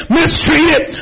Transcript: mistreated